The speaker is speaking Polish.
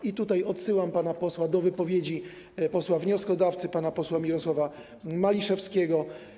I tutaj odsyłam pana posła do wypowiedzi posła wnioskodawcy, pana posła Mirosława Maliszewskiego.